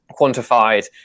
quantified